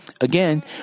Again